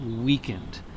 weakened